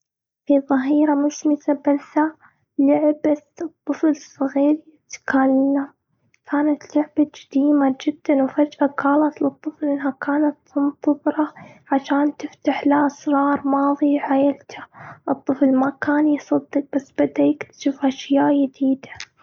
في ظهيره مشمسه، بلشت لعبة طفل صغير يتكلم. كانت لعبه قديمه جداً. وفجأة قالت للطفل أنها كانت تنتظره عشان تفتحله أسرار ماضي عيلته. الطفل ما كان يصدق، بس بدى يكتشف أشياء جديدة.